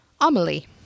Amelie